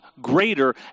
greater